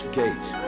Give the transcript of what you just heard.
gate